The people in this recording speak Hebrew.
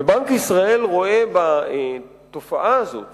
בנק ישראל רואה בתופעה הזאת